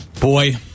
boy